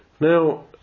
now